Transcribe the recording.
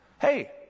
Hey